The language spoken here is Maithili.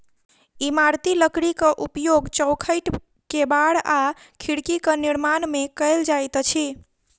इमारती लकड़ीक उपयोग चौखैट, केबाड़ आ खिड़कीक निर्माण मे कयल जाइत अछि